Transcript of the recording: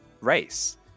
race